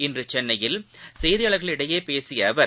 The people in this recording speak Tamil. இன்றுசென்னையில் செய்தியாளர்களிடம் பேசியஅவர்